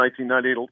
1998